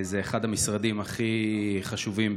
זה אחד המשרדים הכי חשובים,